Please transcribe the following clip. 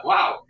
Wow